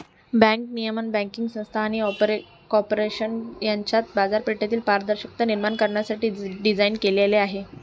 bank नियमन banking संस्था आणि कॉर्पोरेशन यांच्यात बाजारपेठेतील पारदर्शकता निर्माण करण्यासाठी डिझाइन केलेले आहे